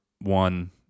one